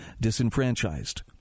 disenfranchised